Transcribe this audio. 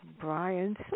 Brian